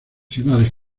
ciudades